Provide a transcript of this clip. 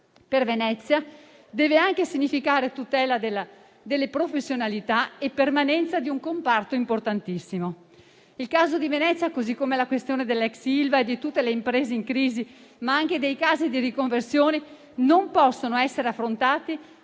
Per Venezia deve anche significare tutela delle professionalità e permanenza di un comparto importantissimo. Il caso di Venezia, così come la questione dell'ex Ilva e di tutte le imprese in crisi, ma anche dei casi di riconversione, non può essere affrontato